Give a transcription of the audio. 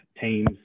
teams